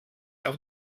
auf